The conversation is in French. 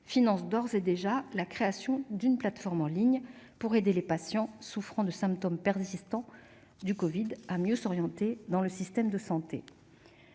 finance d'ores et déjà la création d'une plateforme en ligne pour aider les patients souffrant de symptômes persistants du covid à mieux s'orienter dans le système de santé.